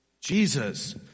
Jesus